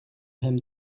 him